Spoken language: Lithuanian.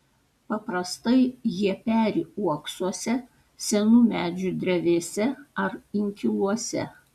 paprastai jie peri uoksuose senų medžių drevėse ar inkiluose